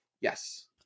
yes